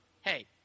hey